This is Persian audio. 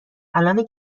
الانه